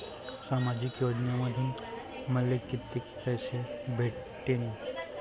सामाजिक योजनेमंधून मले कितीक पैसे भेटतीनं?